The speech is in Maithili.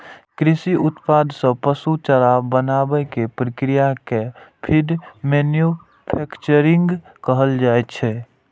कृषि उत्पाद सं पशु चारा बनाबै के प्रक्रिया कें फीड मैन्यूफैक्चरिंग कहल जाइ छै